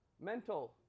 Mental